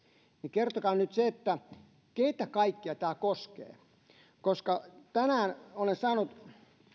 kertokaa nyt se keitä kaikkia tämä koskee tänään olen saanut